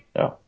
ja